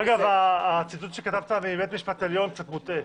אגב, הציטוט שהבאת מבית המשפט העליון מוטעה.